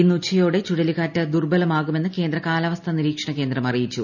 ഇന്ന് ഉച്ചയോടെ ചുഴലിക്കാറ്റ് ദുർബലമാകുമെന്ന് കേന്ദ്ര കാലാവസ്ഥ നിരീക്ഷണകേന്ദ്രം അറിയിച്ചു